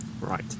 right